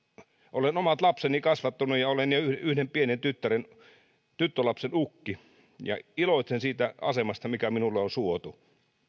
olen omat lapseni kasvattanut ja olen jo yhden pienen tyttölapsen ukki ja iloitsen siitä asemasta mikä minulle on on suotu